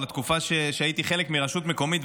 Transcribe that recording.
לתקופה שהייתי חלק מרשות מקומית,